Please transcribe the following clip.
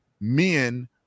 men